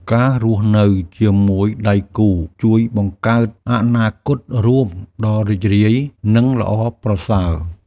ការរស់នៅជាមួយដៃគូជួយបង្កើតអនាគតរួមដ៏រីករាយ និងល្អប្រសើរ។